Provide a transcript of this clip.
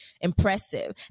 impressive